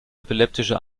epileptische